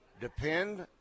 depend